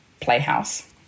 playhouse